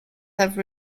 have